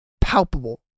palpable